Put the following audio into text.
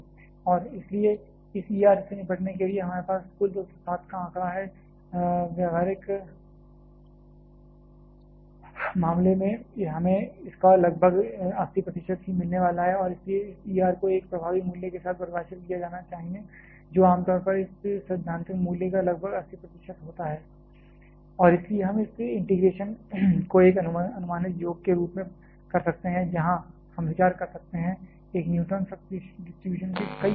और इसलिए इस E R से निपटने के लिए हमारे पास कुल 207 का आंकड़ा था व्यावहारिक मामले में हमें इसका लगभग 80 प्रतिशत ही मिलने वाला है और इसलिए इस E R को एक प्रभावी मूल्य के साथ प्रतिस्थापित किया जाना चाहिए जो आम तौर पर इस सैद्धांतिक मूल्य का लगभग 80 प्रतिशत होता है और इसलिए हम इस इंटीग्रेशन को एक अनुमानित योग के रूप में कर सकते हैं जहां हम विचार कर रहे हैं j एक न्यूट्रॉन फ्लक्स के कई समूह हैं